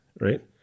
right